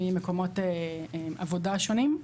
ממקומות עבודה שונים,